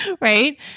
right